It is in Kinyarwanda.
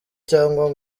cyangwa